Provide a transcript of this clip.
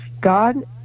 God